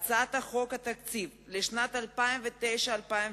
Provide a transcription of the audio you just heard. הצעת חוק התקציב לשנים 2009 2010